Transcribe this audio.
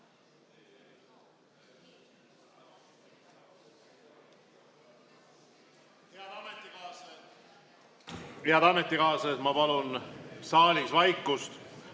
Head ametikaaslased, palun saalis vaikust!